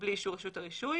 בלי אישור רשות הרישוי